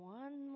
one